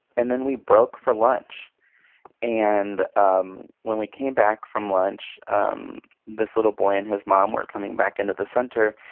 and then we broke for lunch and um when we came back from lunch, um this little boy and his mom were coming back into the center,